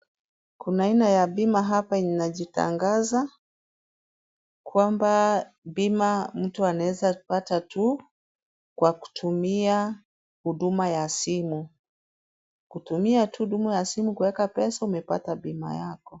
Kuna aina ya bima hapa yenye inajitangaza kwamba bima, mtu anaeza kupata tu kwa kutumia huduma ya simu. Kutumia tu huduma ya simu kueka pesa umepata bima yako.